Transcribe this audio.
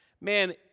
Man